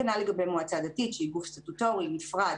כנ"ל לגבי מועצה דתית שהיא גוף סטטוטורי נפרד.